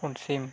ᱯᱩᱸᱰ ᱥᱤᱢ